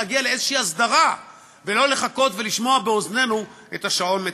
להגיע לאיזושהי הסדרה ולא לחכות ולשמוע באוזנינו את השעון מתקתק.